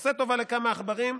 הוא עושה טובה לכמה עכברים,